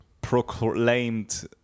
proclaimed